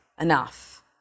enough